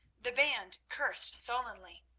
the band cursed sullenly,